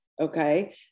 okay